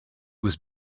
was